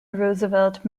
roosevelt